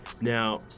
now